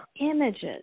images